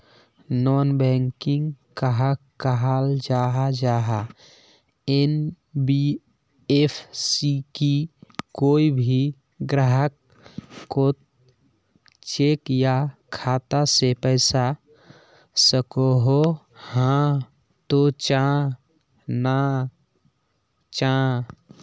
Non banking कहाक कहाल जाहा जाहा एन.बी.एफ.सी की कोई भी ग्राहक कोत चेक या खाता से पैसा सकोहो, हाँ तो चाँ ना चाँ?